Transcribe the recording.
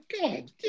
god